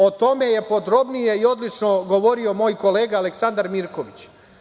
O tome je podrobnije i odlično govorio moj kolega Aleksandar Mirković.